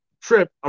trip